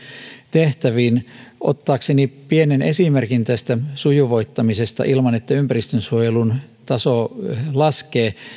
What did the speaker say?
tehtäviin ottaakseni pienen esimerkin tästä sujuvoittamisesta ilman että ympäristönsuojelun taso laskee